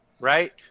right